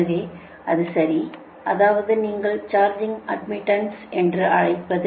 எனவே அது சரி அதாவது நீங்கள் சார்ஜிங் அட்மிட்டன்ஸ் என்று அழைப்பது